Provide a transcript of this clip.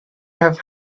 have